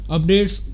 Updates